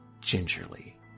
gingerly